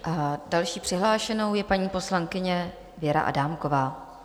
A další přihlášenou je paní poslankyně Věra Adámková.